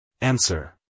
Answer